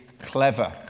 clever